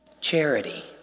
Charity